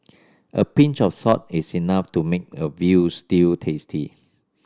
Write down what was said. a pinch of salt is enough to make a veal stew tasty